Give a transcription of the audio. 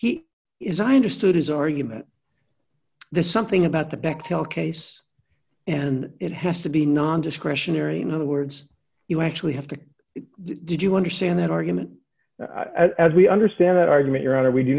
he is i understood his argument the something about the bechtel case and it has to be non discretionary in other words you actually have to did you understand that argument as we understand that argument your honor we do